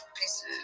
pieces